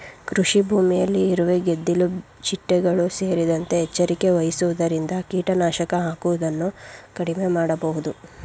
ಕೃಷಿಭೂಮಿಯಲ್ಲಿ ಇರುವೆ, ಗೆದ್ದಿಲು ಚಿಟ್ಟೆಗಳು ಸೇರಿದಂತೆ ಎಚ್ಚರಿಕೆ ವಹಿಸುವುದರಿಂದ ಕೀಟನಾಶಕ ಹಾಕುವುದನ್ನು ಕಡಿಮೆ ಮಾಡಬೋದು